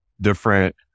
different